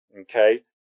Okay